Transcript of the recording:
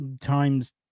times